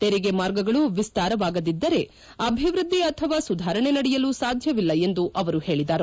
ತೆಂಗೆ ಮಾರ್ಗಗಳು ವಿಸ್ತಾರವಾಗದಿದ್ದರೆ ಅಭಿವೃದ್ದಿ ಅಥವಾ ಸುಧಾರಣೆ ನಡೆಯಲು ಸಾಧ್ಯವಿಲ್ಲ ಎಂದು ಅವರು ಹೇಳಿದರು